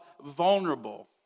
vulnerable